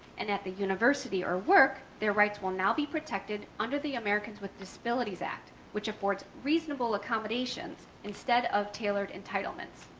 and at the university or work, their rights will now be protected under the americans with disabilities act, which affords reasonable accommodations instead of tailored entitlements.